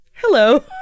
hello